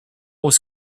was